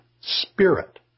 spirit